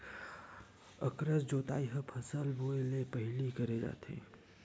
अकरस जोतई ह फसल बोए ले पहिली करे जाथे